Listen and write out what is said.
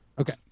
Okay